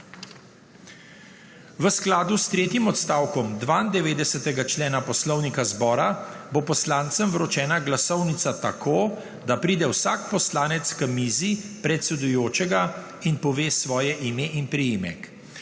V skladu s tretjim odstavkom 92. člena Poslovnika Državnega zbora bo poslancem vročena glasovnica tako, da pride vsak poslanec k mizi predsedujočega in pove svoje ime in priimek.